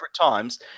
times